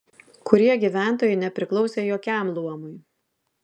kurie gyventojai nepriklausė jokiam luomui